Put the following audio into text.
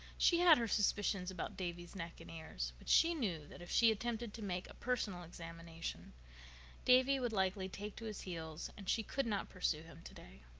she had her suspicions about davy's neck and ears. but she knew that if she attempted to make a personal examination davy would likely take to his heels and she could not pursue him today.